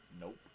Nope